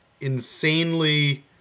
insanely